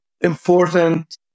important